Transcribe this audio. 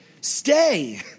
stay